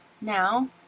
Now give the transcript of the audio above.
now